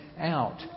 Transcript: out